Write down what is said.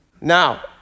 now